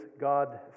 God